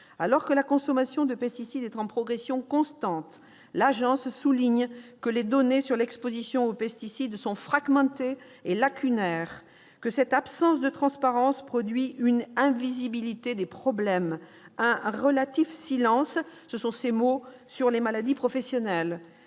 Alors que la consommation de pesticides est en progression constante, l'agence souligne que les données sur l'exposition aux pesticides sont « fragmentées » et « lacunaires ». Cette absence de transparence produit une « invisibilité des problèmes », un « relatif silence » sur les maladies professionnelles.